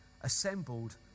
assembled